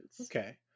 Okay